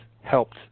helped